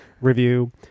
review